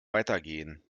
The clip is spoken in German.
weitergehen